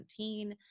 2017